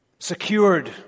Secured